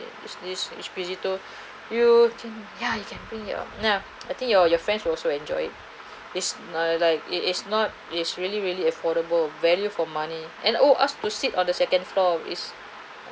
is this Squisito you can ya you can bring your ya I think your your friends will also enjoy it it's like it is not it's really really affordable value for money and oh ask to sit on the second floor is